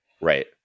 Right